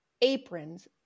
aprons